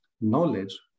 knowledge